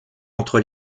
entre